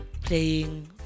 playing